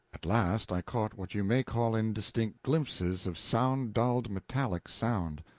at last i caught what you may call in distinct glimpses of sound dulled metallic sound.